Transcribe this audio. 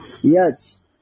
yes